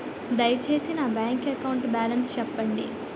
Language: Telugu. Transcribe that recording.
దయచేసి నా బ్యాంక్ అకౌంట్ బాలన్స్ చెప్పండి